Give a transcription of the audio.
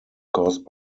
caused